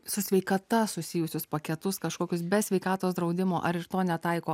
su sveikata susijusius paketus kažkokius be sveikatos draudimo ar ir to netaiko